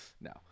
no